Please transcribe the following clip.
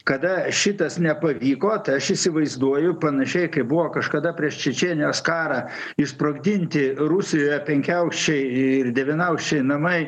kada šitas nepavyko tai aš įsivaizduoju panašiai kaip buvo kažkada prieš čečėnijos karą išsprogdinti rusijoje penkiaaukščiai ir devynaukščiai namai